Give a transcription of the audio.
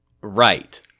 right